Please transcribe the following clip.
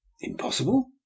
Impossible